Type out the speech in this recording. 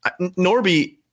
Norby